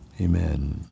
Amen